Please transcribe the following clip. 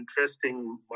interesting